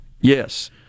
yes